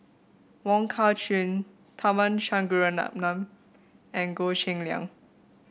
Wong Kah Chun Tharman Shanmugaratnam and Goh Cheng Liang